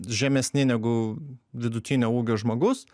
žemesni negu vidutinio ūgio žmogus